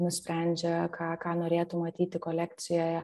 nusprendžia ką ką norėtų matyti kolekcijoje